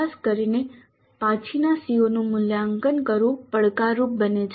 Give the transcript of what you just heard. ખાસ કરીને પછીના CO નું મૂલ્યાંકન કરવું પડકારરૂપ બને છે